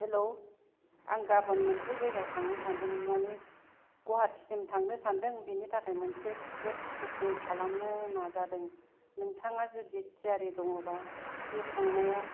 hello आं गाबोन मोनसे जायगायाव थांनो सानदों माने गुवाहाटीसिम थांनो सानदों बेनि थाखाय मोनसे केब बुकिं खालामनो नाजादों नोंथाङा जुदि थियारि दङबा बे थांनायाव